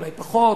אולי פחות,